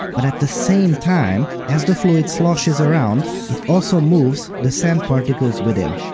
but at the same time, as the fluid sloshes around, it also moves the sand particles within.